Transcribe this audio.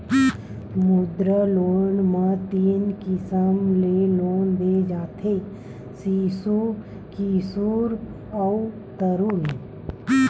मुद्रा लोन म तीन किसम ले लोन दे जाथे सिसु, किसोर अउ तरून